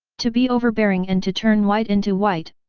to be overbearing and to turn white into white,